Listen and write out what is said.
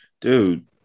Dude